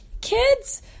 kids